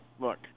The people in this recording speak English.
look